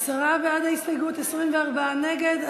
עשרה בעד ההסתייגות, 24 נגד.